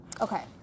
Okay